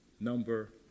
number